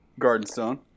Gardenstone